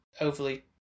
overly